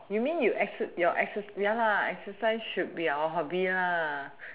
you mean you exer~ your exercise ya lah exercise should be our hobby lah